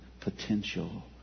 potential